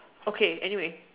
okay anyway